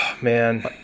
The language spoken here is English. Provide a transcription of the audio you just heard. man